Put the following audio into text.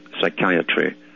psychiatry